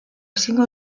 ezingo